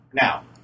now